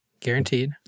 guaranteed